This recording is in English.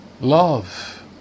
Love